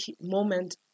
moment